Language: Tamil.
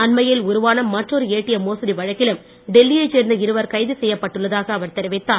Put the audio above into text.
அண்மையில் உருவான மற்றொரு ஏடிஎம் மோசடி வழக்கிலும் டெல்லி யைச் சேர்ந்த இருவர் கைது செய்யப்பட்டுள்ளதாக அவர் தெரிவித்தார்